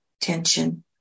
tension